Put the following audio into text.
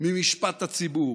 ממשפט הציבור.